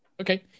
Okay